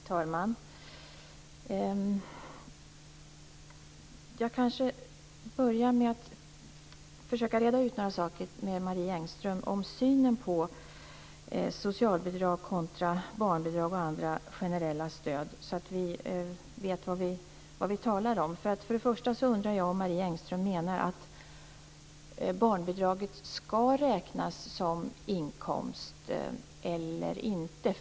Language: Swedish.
Herr talman! Jag kanske skall börja med att reda ut några saker med Marie Engström när det gäller synen på socialbidrag kontra barnbidrag och andra generella stöd, så att vi vet vad vi talar om. Jag undrar om Marie Engström menar att barnbidraget skall räknas som inkomst eller inte.